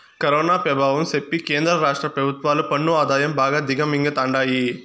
corona పెభావం సెప్పి కేంద్ర రాష్ట్ర పెభుత్వాలు పన్ను ఆదాయం బాగా దిగమింగతండాయి